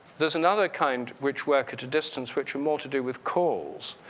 there's another kind which work at a distance, which are more to do with calls.